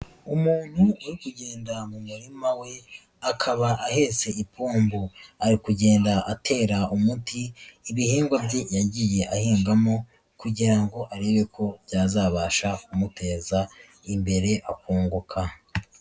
Umuntu uri kugenda mu murima we akaba ahetse ipombo, ari kugenda atera umuti ibihingwa bye yagiye ahingamo kugira ngo arebe ko byazabasha kumuteza imbere akunguka.